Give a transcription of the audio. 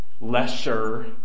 Lesser